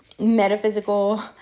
metaphysical